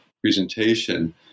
presentation